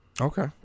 okay